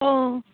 অঁ